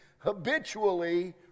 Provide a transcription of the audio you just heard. Habitually